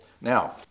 Now